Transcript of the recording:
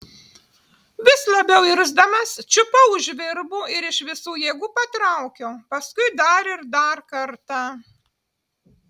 vis labiau irzdamas čiupau už virbų ir iš visų jėgų patraukiau paskui dar ir dar kartą